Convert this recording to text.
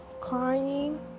crying